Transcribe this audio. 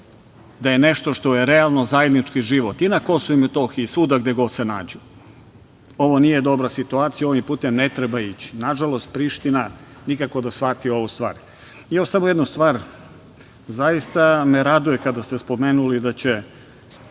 da je nešto što je realno zajednički život i na Kosovu i Metohiji i svuda gde god se nađu. Ovo nije dobra situacija. Ovim putem ne treba ići. Nažalost, Priština nikako da shvati ovu stvar. Još samo jedna stvar. Zaista me raduje kada ste spomenuli da će